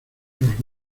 nos